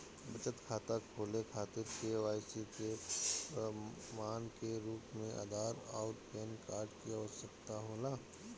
बचत खाता खोले खातिर के.वाइ.सी के प्रमाण के रूप में आधार आउर पैन कार्ड की आवश्यकता होला